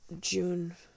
june